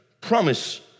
promise